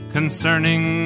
Concerning